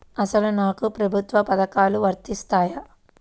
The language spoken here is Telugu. అసలు నాకు ప్రభుత్వ పథకాలు వర్తిస్తాయా?